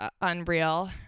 unreal